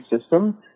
system